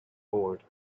old